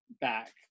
back